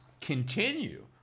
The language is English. continue